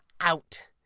out